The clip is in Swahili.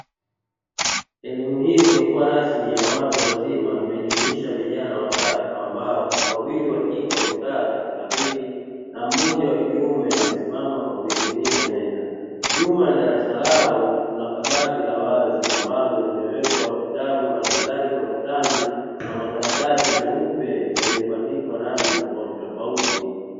Elimu hii isiyokuwa rasmi ya watu wazima imejumuisha vijana watatu ambao wawili wakike wamekaa katika viti na mmoja wakiume amesisima kwa kuegemea meza, nyuma ya darasa lao kuna kabati la wazi ambalo limewekwa vitabu halikadharika, ukutani kuna makaratasi meupe yaliyobandikwa rangi tofautitofauti.